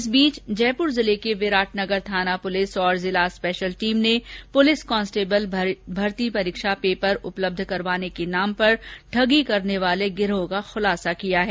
इस बीच जयपुर जिले के विराटनगर थाना पुलिस और जिला स्पेशल टीम ने पुलिस कांस्टेबल भर्ती परीक्षा पेपर उपलब्ध करवाने के नाम पर ठगी करने वाले गिरोह का खुलासा किया है